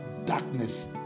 Darkness